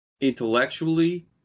intellectually